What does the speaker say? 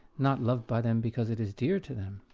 not loved by them because it is dear to them.